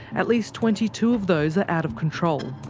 at least twenty two of those are out of control.